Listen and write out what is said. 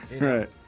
Right